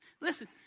Listen